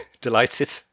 delighted